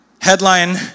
headline